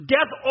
Death